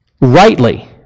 Rightly